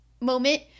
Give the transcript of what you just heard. moment